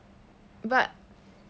but